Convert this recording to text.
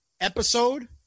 episode